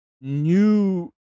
new